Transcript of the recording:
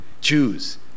choose